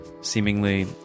seemingly